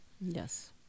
Yes